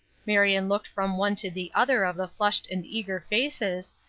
marion looked from one to the other of the flushed and eager faces,